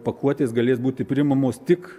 pakuotės galės būti priimamos tik